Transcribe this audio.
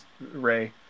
Ray